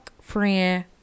friend